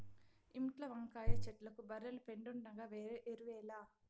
ఇంట్ల వంకాయ చెట్లకు బర్రెల పెండుండగా వేరే ఎరువేల